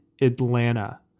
Atlanta